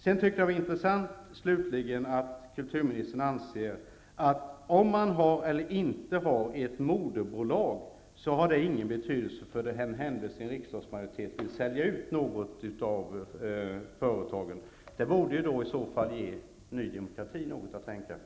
Sedan tycker jag att det är intressant att kulturministern anser att om man har eller inte har ett moderbolag saknar betydelse för den händelse en riksdagsmajoritet vill sälja ut något av företagen. Det borde i så fall ge Ny Demokrati något att tänka på.